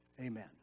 Amen